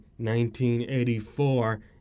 1984